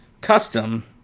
custom